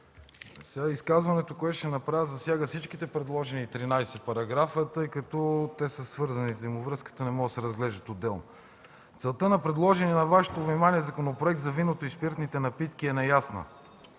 колеги! Изказването, което ще направя, засяга всичките предложени 13 параграфа, тъй като те са свързани и заради взаимовръзката не могат да се разглеждат отделно. Целта на предложения на Вашето внимание Законопроект за виното и спиртните напитки е неясна.